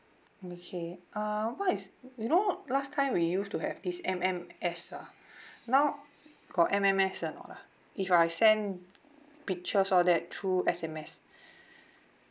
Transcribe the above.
okay uh what is you know last time we used to have this M_M_S ah now got M_M_S or not ah if I send pictures all that through S_M_S